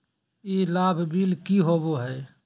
ई लाभ बिल की होबो हैं?